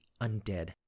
Undead